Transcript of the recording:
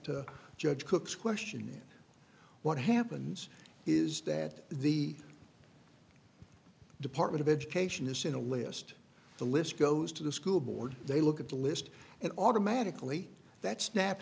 to judge cook's question what happens is that the department of education is in a list the list goes to the school board they look at the list and automatically that snap